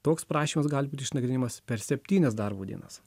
toks prašymas gali būti išnagrinėjamas per septynias darbo dienas